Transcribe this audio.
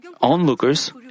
onlookers